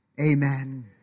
amen